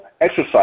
exercise